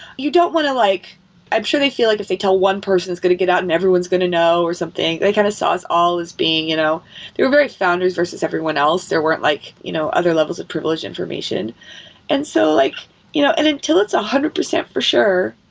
you don't want to like i'm sure they feel like if they tell one person is going to get out and everyone's going to know or something, they kind of saw us all as being you know the very founders versus everyone else. there weren't like you know other levels of privileged information and so like you know and until it's a one hundred percent for sure,